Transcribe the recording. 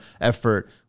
effort